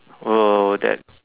oh that